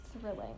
thrilling